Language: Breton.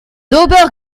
d’ober